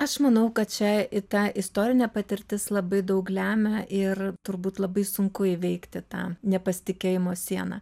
aš manau kad čia ir ta istorinė patirtis labai daug lemia ir turbūt labai sunku įveikti tą nepasitikėjimo sieną